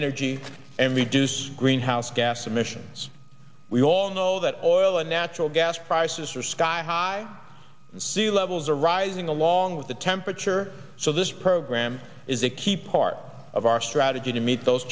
energy and reduce greenhouse gas emissions we all know that oil and natural gas prices are sky high sea levels are rising along with the temperature so this program is a key part of our strategy to meet those